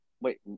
Wait